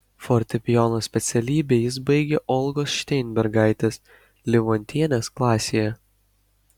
fortepijono specialybę jis baigė olgos šteinbergaitės livontienės klasėje